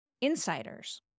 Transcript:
insiders